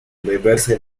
beberse